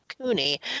Cooney